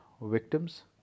victims